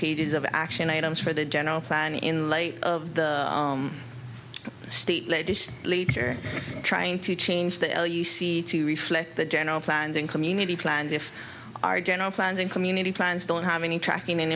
pages of action items for the general plan in light of the state legislature trying to change the l u c to reflect the general plans in community plan if our general funding community plans don't have any tracking in